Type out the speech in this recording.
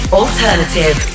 alternative